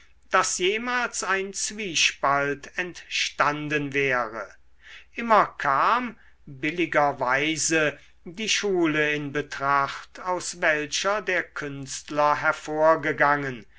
daß jemals ein zwiespalt entstanden wäre immer kam billiger weise die schule in betracht aus welcher der künstler hervorgegangen